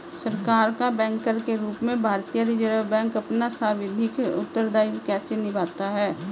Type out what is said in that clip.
सरकार का बैंकर के रूप में भारतीय रिज़र्व बैंक अपना सांविधिक उत्तरदायित्व कैसे निभाता है?